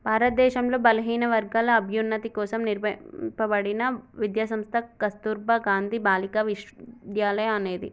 భారతదేశంలో బలహీనవర్గాల అభ్యున్నతి కోసం నిర్మింపబడిన విద్యా సంస్థ కస్తుర్బా గాంధీ బాలికా విద్యాలయ అనేది